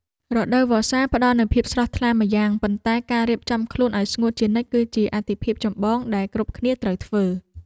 រដូវវស្សាផ្តល់នូវភាពស្រស់ថ្លាម្យ៉ាង ប៉ុន្តែការរៀបចំខ្លួនឱ្យស្ងួតជានិច្ចគឺជាអាទិភាពចម្បងដែលគ្រប់គ្នាត្រូវធ្វើ។